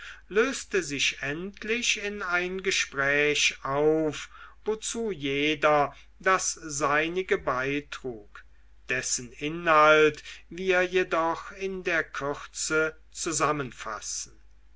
löste sich endlich in ein gespräch auf wozu jeder das seinige beitrug dessen inhalt wir jedoch in der kürze zusammenfassen